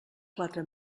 quatre